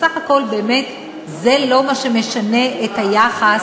ובסך הכול באמת זה לא מה שמשנה את היחס